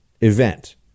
event